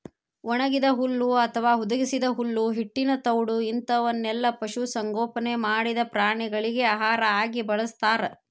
ಒಣಗಿದ ಹುಲ್ಲು ಅತ್ವಾ ಹುದುಗಿಸಿದ ಹುಲ್ಲು ಹಿಟ್ಟಿನ ತೌಡು ಇಂತವನ್ನೆಲ್ಲ ಪಶು ಸಂಗೋಪನೆ ಮಾಡಿದ ಪ್ರಾಣಿಗಳಿಗೆ ಆಹಾರ ಆಗಿ ಬಳಸ್ತಾರ